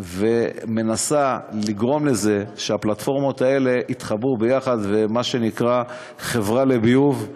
ומנסה לגרום לזה שהפלטפורמות האלה יתחברו ביחד במה שנקרא "חברה לביוב".